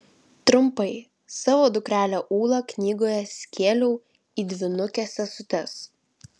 trumpai savo dukrelę ūlą knygoje skėliau į dvynukes sesutes